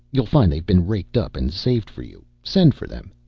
you'll find they've been raked up and saved for you. send for them.